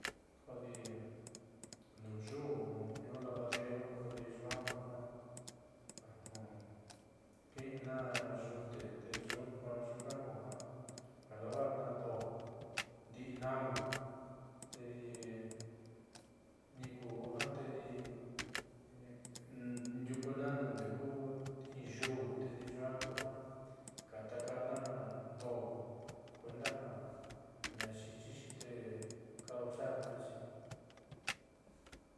Kodi nuu yuú nuun io lavadero kodi yuaa kuja ki'ina yute te yuunka kuja lavarna do'o ndi'i nama tedi niiku'u ja tedi ndiukuna nuundeku in yuú tedi yuaá kuja katakana doó kuenda ja nayi'ichixi te ka usarnaxi.